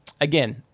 again